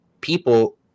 people